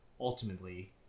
ultimately